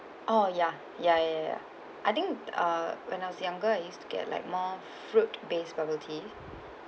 oh ya ya ya ya ya I think uh when I was younger I used to get like more fruit based bubble tea